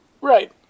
right